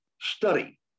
study